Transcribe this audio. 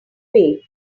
way